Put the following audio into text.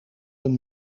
een